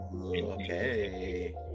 Okay